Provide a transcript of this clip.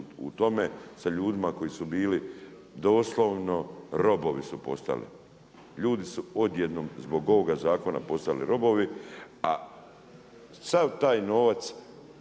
u tome, sa ljudima koji su bili doslovno, robovi su postali. Ljudi su odjednom zbog ovog zakona postali robovi, a sav taj novac